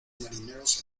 marineros